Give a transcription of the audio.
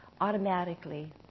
automatically